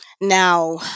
now